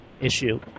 issue